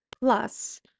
plus